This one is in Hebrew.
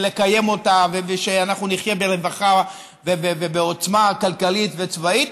לקיים אותה ושאנחנו נחיה ברווחה ובעוצמה כלכלית וצבאית,